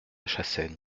chassaigne